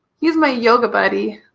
he's my yoga buddy.